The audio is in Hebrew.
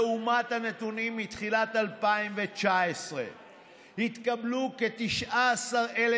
לעומת הנתונים מתחילת 2019. התקבלו כ-19,000